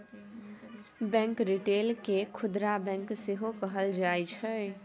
bank retail केँ खुदरा bank सेहो कहल जाइ छै